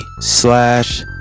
slash